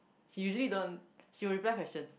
she usually don't she'll reply questions